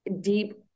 deep